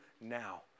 now